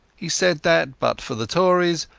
he said that, but for the tories,